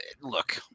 Look